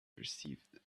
perceived